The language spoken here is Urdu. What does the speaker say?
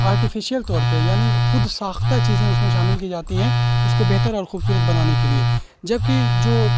آرٹیفیشیل طور پہ یعنی خود ساختہ چیزیں اس میں شامل کی جاتی ہیں اس کو بہتر اور خوبصورت بنانے کے لیے جبکہ جو